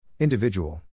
Individual